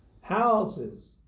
houses